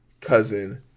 cousin